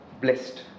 Blessed